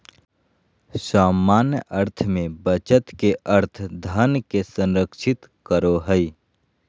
सामान्य अर्थ में बचत के अर्थ धन के संरक्षित करो हइ